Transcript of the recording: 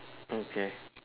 okay